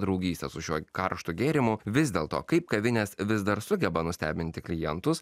draugystė su šiuo karštu gėrimu vis dėl to kaip kavinės vis dar sugeba nustebinti klientus